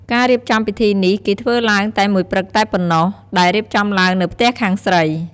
ការរៀបចំពិធីនេះគេធ្វើឡើងតែមួយព្រឹកតែប៉ុណ្ណោះដែលរៀបចំឡើងនៅផ្ទះខាងស្រី។